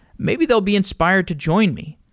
maybe they'll be inspired to join me,